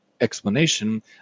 explanation